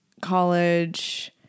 college